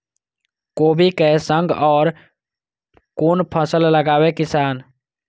कोबी कै संग और कुन फसल लगावे किसान?